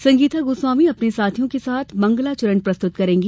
संगीता गोस्वामी अपने साथियों के साथ मंगलाचरण प्रस्तुत करेंगी